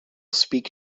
speak